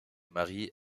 marie